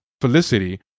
Felicity